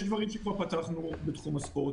שכבר פתחנו בתחום הספורט,